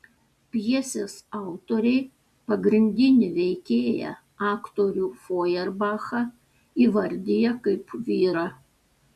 pjesės autoriai pagrindinį veikėją aktorių fojerbachą įvardija kaip vyrą